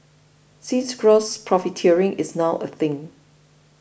since gross profiteering is now a thing